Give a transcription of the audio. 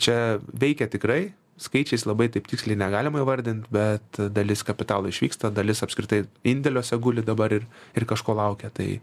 čia veikia tikrai skaičiais labai taip tiksliai negalima įvardint bet dalis kapitalo išvyksta dalis apskritai indėliuose guli dabar ir ir kažko laukia tai